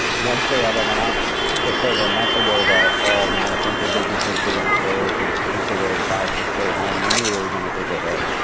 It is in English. once they had and announced just over a month ago that all non-essential businesses were gonna close and people were advised to stay home, we knew we were gonna take a hit.